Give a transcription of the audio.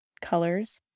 Colors